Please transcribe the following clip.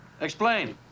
Explain